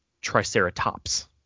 Triceratops